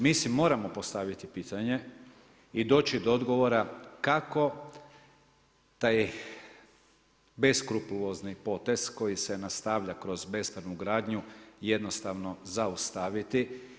Mi si moramo postaviti pitanje i doći do odgovora kako taj beskrupulozni potez, koji se nastavlja kroz bespravnu gradnju, jednostavno zaustaviti.